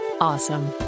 awesome